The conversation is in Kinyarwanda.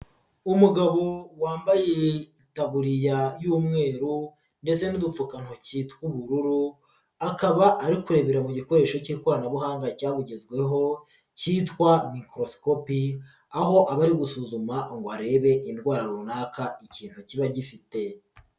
Umugabo wambaye itaburiya y'umweru ndetse n'udupfukantoki tw'ubururu, akaba ari kurebera mu gikoresho k'ikoranabuhanga cyabugezweho kitwa mikorosikopi, aho aba ari gusuzuma ngo arebe indwara runaka ikintu kiba gifite.